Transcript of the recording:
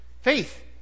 Faith